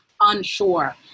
unsure